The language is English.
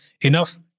enough